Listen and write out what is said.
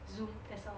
zoom that's all